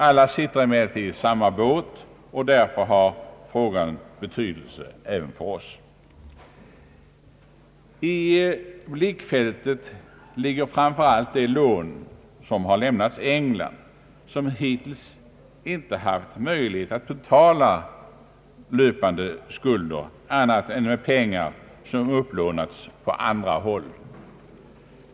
Alla sitter emellertid i samma båt, och därför har frågan betydelse även för oss. I blickfältet ligger framför allt de lån som lämnats England, vilket land hittills inte haft möjlighet att betala löpande skulder annat än med pengar som lånats på andra håll.